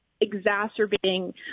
exacerbating